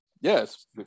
Yes